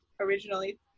originally